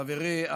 חברי,